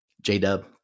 J-Dub